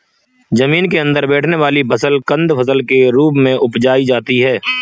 जमीन के अंदर बैठने वाली फसल कंद फसल के रूप में उपजायी जाती है